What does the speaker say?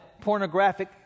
pornographic